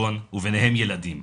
וביניהם ילדים.